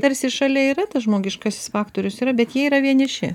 tarsi šalia yra tas žmogiškasis faktorius yra bet jie yra vieniši